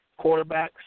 quarterbacks